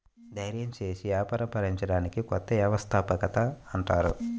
ధైర్యం చేసి వ్యాపారం ప్రారంభించడాన్ని కొత్త వ్యవస్థాపకత అంటారు